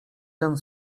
ten